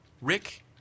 Rick –